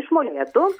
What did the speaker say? iš molėtų